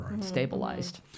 stabilized